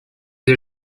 des